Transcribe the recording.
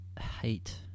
hate